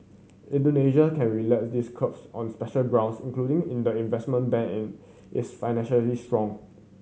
Indonesia can relax these curbs on special grounds including in the investing bank an is financially strong